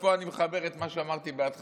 ופה אני מחבר את מה שאמרתי בהתחלה,